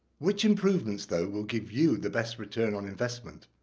which improvements, though, will give you the best return on investment?